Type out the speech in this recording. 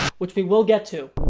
which we will get to!